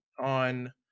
on